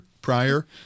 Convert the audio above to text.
prior